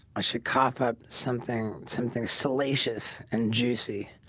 i should cough up something something salacious and juicy